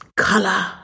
color